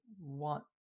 want